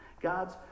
God's